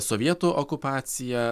sovietų okupacija